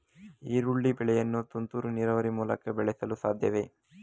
ಈರುಳ್ಳಿ ಬೆಳೆಯನ್ನು ತುಂತುರು ನೀರಾವರಿ ಮೂಲಕ ಬೆಳೆಸಲು ಸಾಧ್ಯವೇ?